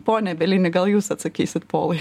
pone bielini gal jūs atsakysite polai